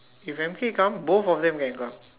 if M_K come both of them can come